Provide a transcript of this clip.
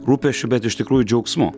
rūpesčiu bet iš tikrųjų džiaugsmu